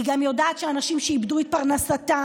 היא גם יודעת שאנשים איבדו את פרנסתם,